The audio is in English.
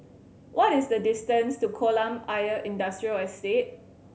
what is the distance to Kolam Ayer Industrial Estate